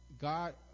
God